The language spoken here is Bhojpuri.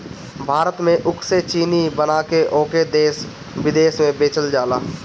भारत में ऊख से चीनी बना के ओके देस बिदेस में बेचल जाला